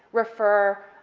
refer,